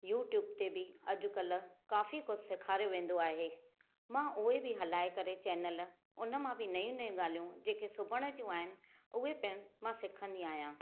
YouTube ते बि अॼु कल्ह काफ़ी कुझु सेखारियो वेंदो आहे मां उहे बि हलाए करे चैनल उन मां बि नयूं नयूं ॻाल्हियूं जेका सिबण जूं आहिनि उहे पिणि मां सिखंदी आहियां